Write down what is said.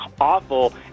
awful